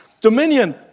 Dominion